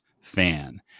fan